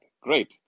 Great